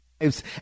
lives